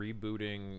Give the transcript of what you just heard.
rebooting